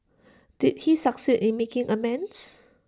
did he succeed in making amends